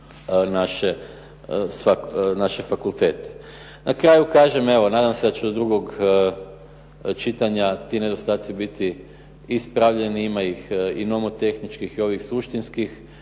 Na kraju kažem evo, nadam se da će do drugog čitanja ti nedostaci biti ispravljeni. Ima ih i nomotehničkih i ovih suštinskih.